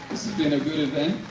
been a good event.